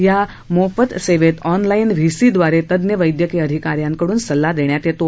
या ही मोफत सेवेत ऑनलाईन व्हीसीद्वारे तज्ञ वैद्यकीय अधिकारी यांच्याकडून सल्ला देण्यात येतो